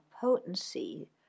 potency